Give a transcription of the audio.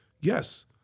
yes